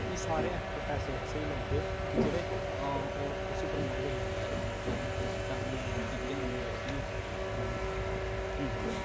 मिगी सारे ऐक्टर ऐसे स्हेई लगदे कि जेह्ड़े ओह् उसी प्रमोट करियै नेईं आए दे होन फैमली दा केह् आखदे उसी